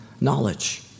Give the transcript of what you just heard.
knowledge